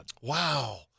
Wow